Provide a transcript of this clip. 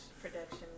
production